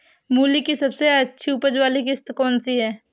मूली की सबसे अच्छी उपज वाली किश्त कौन सी है?